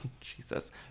Jesus